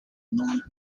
known